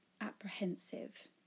apprehensive